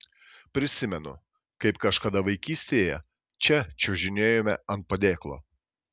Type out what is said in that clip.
prisimenu kaip kažkada vaikystėje čia čiuožinėjome ant padėklo